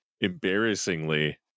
embarrassingly